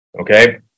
Okay